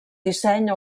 disseny